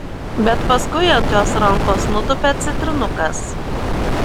bet paskui ant jos rankos nutupia citrinukas